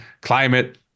climate